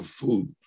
food